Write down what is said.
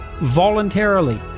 voluntarily